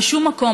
בשום מקום.